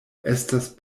estas